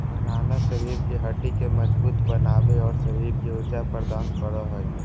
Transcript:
अनानास शरीर के हड्डि के मजबूत बनाबे, और शरीर के ऊर्जा प्रदान करो हइ